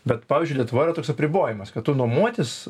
bet pavyzdžiui lietuvoj yra toks apribojimas kad tu nuomotis